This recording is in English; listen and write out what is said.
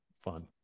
fun